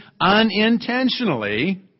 unintentionally